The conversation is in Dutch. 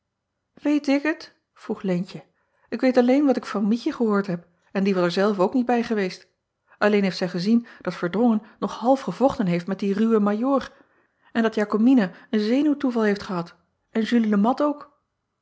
het vroeg eentje ik weet alleen wat ik van ietje gehoord heb en die was er zelve ook niet bij geweest lleen heeft zij gezien dat erdrongen nog half gevochten heeft met dien ruwen ajoor en dat akomina een zenuwtoeval heeft gehad en ulie e at ook